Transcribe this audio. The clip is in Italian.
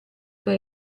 tra